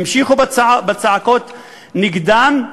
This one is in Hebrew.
המשיכו בצעקות נגדם,